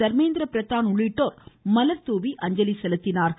தர்மேந்திர பிரதான் உள்ளிட்டோர் மலர்தூவி அஞ்சலி செலுத்தினார்கள்